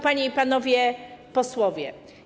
Panie i Panowie Posłowie!